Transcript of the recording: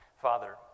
Father